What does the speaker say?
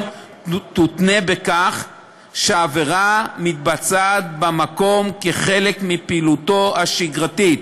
יותנה בכך שהעבירה מתבצעת במקום "כחלק מפעילותו השגרתית".